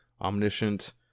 omniscient